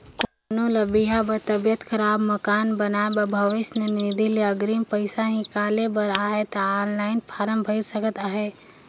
कोनो ल बिहा बर, तबियत खराब, मकान बनाए बर भविस निधि ले अगरिम पइसा हिंकाले बर अहे ता ऑनलाईन फारम भइर सकत अहे